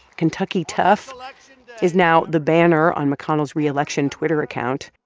kentucky tough, like is now the banner on mcconnell's reelection twitter account.